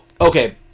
okay